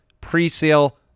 pre-sale